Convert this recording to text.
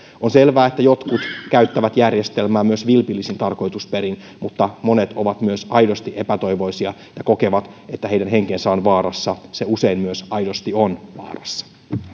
on selvää että jotkut käyttävät järjestelmää myös vilpillisiin tarkoitusperiin mutta monet ovat myös aidosti epätoivoisia ja kokevat että heidän henkensä on vaarassa se usein myös aidosti on vaarassa